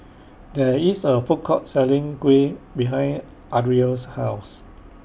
There IS A Food Court Selling Kuih behind Ariel's House